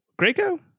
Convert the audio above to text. Graco